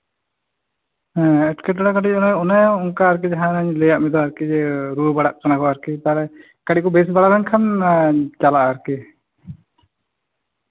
ᱦᱮᱸ ᱮᱸᱴᱠᱮᱴᱚᱲᱮ ᱟᱨᱠᱤ ᱚᱱᱮ ᱚᱱᱠᱟ ᱡᱟᱦᱟᱧ ᱞᱟᱹᱭᱟᱜ ᱢᱮᱫᱚ ᱟᱨᱠᱤ ᱨᱩᱣᱟᱹ ᱵᱟᱲᱟᱜ ᱠᱟᱱᱟ ᱠᱚ ᱛᱟᱦᱚᱞᱮ ᱠᱟᱹᱴᱤᱡ ᱠᱚ ᱵᱮᱥ ᱵᱟᱲᱟ ᱞᱮᱱᱠᱷᱟᱱ ᱪᱟᱞᱟᱜᱼᱟ ᱟᱨᱠᱤ